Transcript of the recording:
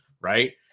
right